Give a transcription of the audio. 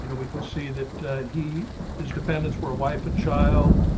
you know we can see that he is dependence, where a wife and child,